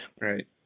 right